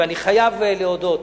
ואני חייב להודות,